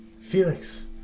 Felix